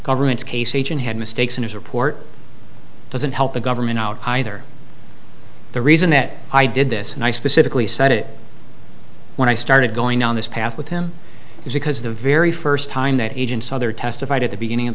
government's case agent had mistakes in his report doesn't help the government out either the reason that i did this and i specifically said it when i started going down this path with him is because the very first time that agents other testified at the beginning of